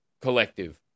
collective